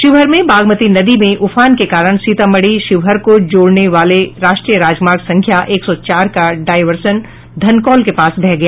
शिवहर में बागमती नदी में उफान के कारण सीतामढ़ी शिवहर को जोड़ने वाले राष्ट्रीय राजमार्ग संख्या एक सौ चार का डायवर्सन धनकौल के पास बह गया